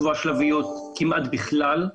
היא הפסיקה לקבוע שלביות כמעט בכלל,